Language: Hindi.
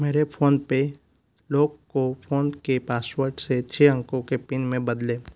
मेरे फ़ोन पे लॉक को फ़ोन के पासवर्ड से छ अंकों के पिन में बदलें